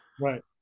right